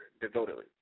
devotedly